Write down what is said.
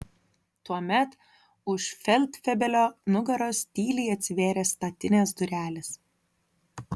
tuomet už feldfebelio nugaros tyliai atsivėrė statinės durelės